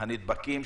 הנדבקים,